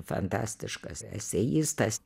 fantastiškas eseistas